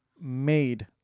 made